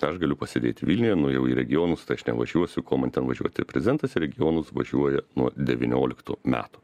aš galiu pasėdėti vilniuje nuėjau į regionus tai aš nevažiuosiu ko man ten važiuoti prezidentas į regionus važiuoja nuo devynioliktų metų